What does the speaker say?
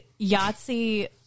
Yahtzee